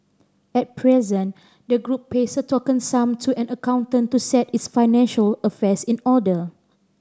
at present the group pays a token sum to an accountant to set its financial affairs in order